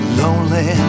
lonely